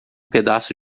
pedaço